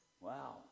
Wow